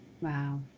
Wow